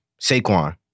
Saquon